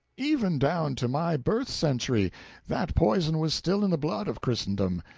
even down to my birth-century that poison was still in the blood of christendom,